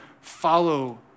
follow